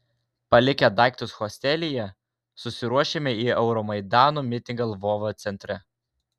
palikę daiktus hostelyje susiruošėme į euromaidano mitingą lvovo centre